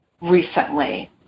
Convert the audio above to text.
recently